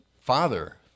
father